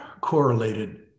correlated